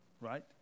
right